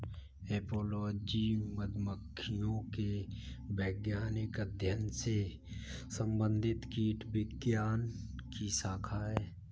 apiology मधुमक्खियों के वैज्ञानिक अध्ययन से संबंधित कीटविज्ञान की शाखा है